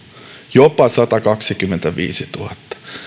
jopa satakaksikymmentäviisituhatta